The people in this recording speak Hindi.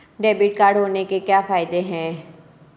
डेबिट कार्ड होने के क्या फायदे हैं?